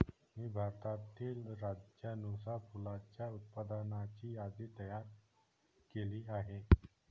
मी भारतातील राज्यानुसार फुलांच्या उत्पादनाची यादी तयार केली आहे